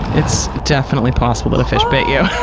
it's definitely possible that a fish bit you.